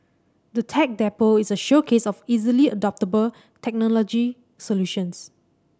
the Tech Depot is a showcase of easily adoptable technology solutions